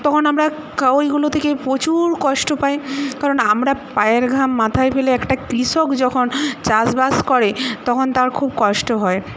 তখন আমরা ওইগুলো থেকে প্রচুর কষ্ট পাই কারণ আমরা পায়ের ঘাম মাথায় ফেলে একটা কৃষক যখন চাষবাস করে তখন তার খুব কষ্ট হয়